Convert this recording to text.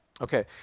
Okay